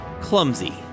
clumsy